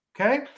okay